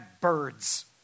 birds